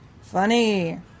Funny